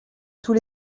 tous